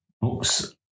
books